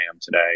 today